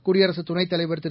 குடியரசுத் துணைத் தலைவர் திரு